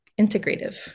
integrative